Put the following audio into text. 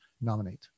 nominate